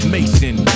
Mason